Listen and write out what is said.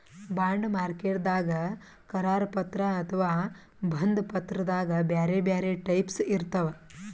bond ಮಾರ್ಕೆಟ್ದಾಗ್ ಕರಾರು ಪತ್ರ ಅಥವಾ ಬಂಧ ಪತ್ರದಾಗ್ ಬ್ಯಾರೆ ಬ್ಯಾರೆ ಟೈಪ್ಸ್ ಇರ್ತವ್